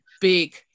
big